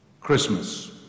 Christmas